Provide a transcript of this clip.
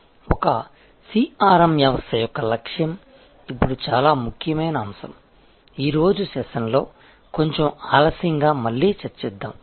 ఒక CRM వ్యవస్థ యొక్క లక్ష్యం ఇప్పుడు చాలా ముఖ్యమైన అంశం ఈరోజు సెషన్లో కొంచెం ఆలస్యంగా మళ్లీ చర్చిద్దాం